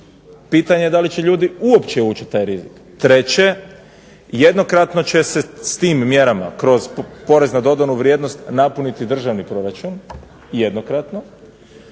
pitanje da li će ljudi uopće ući u taj rizik? 3. jednokratno će se s tim mjerama kroz porez na dodanu vrijednost napuniti državni proračun, jednokratno,